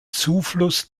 zufluss